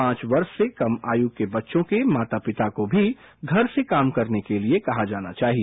पाँच वर्ष से कम आयु के बच्चों के माता पिता को भी घर से काम करने के लिए कहा जाना चाहिए